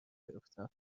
گرفتم